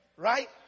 Right